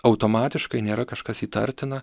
automatiškai nėra kažkas įtartina